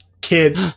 kid –